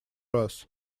раз